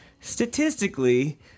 statistically